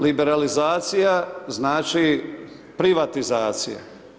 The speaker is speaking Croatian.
Liberalizacija znači privatizacija.